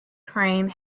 train